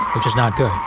which is not good,